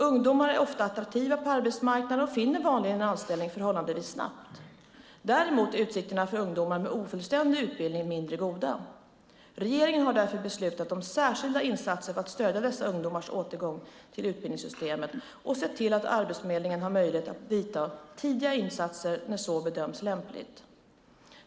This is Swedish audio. Ungdomar är ofta attraktiva på arbetsmarknaden och finner vanligen en anställning förhållandevis snabbt. Däremot är utsikterna för ungdomar med ofullständig utbildning mindre goda. Regeringen har därför beslutat om särskilda insatser för att stödja dessa ungdomars återgång till utbildningssystemet och sett till att Arbetsförmedlingen har möjlighet att göra tidiga insatser när så bedöms lämpligt.